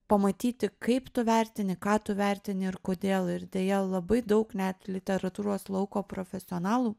pamatyti kaip tu vertini ką tu vertini ir kodėl ir deja labai daug net literatūros lauko profesionalų